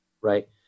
right